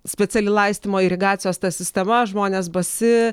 speciali laistymo irigacijos ta sistema žmonės basi